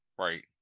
Right